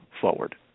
forward